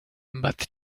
but